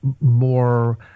more